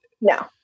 No